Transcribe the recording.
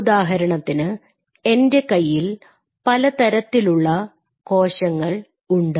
ഉദാഹരണത്തിന് എൻറെ കയ്യിൽ പലതരത്തിലുള്ള കോശങ്ങൾ ഉണ്ട്